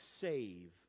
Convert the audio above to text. save